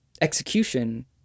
execution